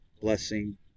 blessing